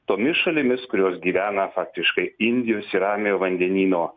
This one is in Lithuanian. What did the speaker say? tomis šalimis kurios gyvena faktiškai indijos ir ramiojo vandenyno